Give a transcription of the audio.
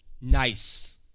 nice